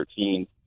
2013